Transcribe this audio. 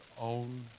own